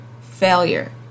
failure